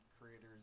creators